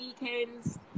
weekends